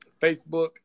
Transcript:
Facebook